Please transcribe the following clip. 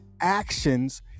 actions